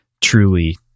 Truly